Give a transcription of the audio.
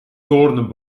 toornden